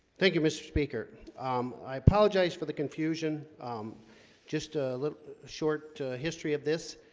thank you mr. speaker i apologize for the confusion just a little short history of this